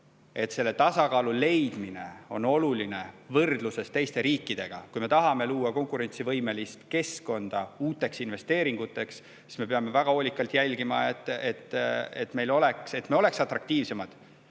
et tasakaalu leidmine on oluline võrdluses teiste riikidega. Kui me tahame luua konkurentsivõimelist keskkonda uuteks investeeringuteks, siis me peame väga hoolikalt jälgima, et me oleksime atraktiivsemad.